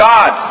God